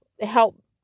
help